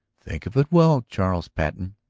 think of it well, charles patten!